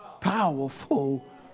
Powerful